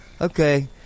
Okay